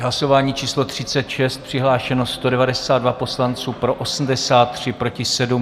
Hlasování číslo 36, přihlášeno 192 poslanců, pro 83, proti 7.